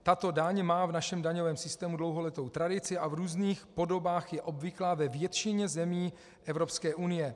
Tato daň má v našem daňovém systému dlouholetou tradici a v různých podobách je obvyklá ve většině zemí Evropské unie.